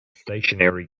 stationary